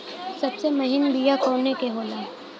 सबसे महीन बिया कवने के होला?